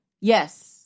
Yes